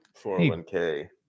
401k